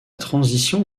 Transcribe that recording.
transition